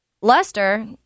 Lester